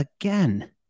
again